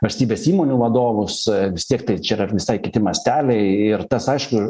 valstybės įmonių vadovus vis tiek tai čia yra ir visai kiti masteliai ir tas aišku